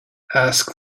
ask